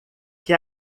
que